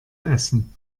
essen